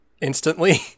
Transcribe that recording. instantly